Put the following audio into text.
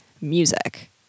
music